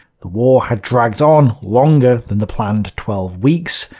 the war had dragged on longer than the planned twelve weeks.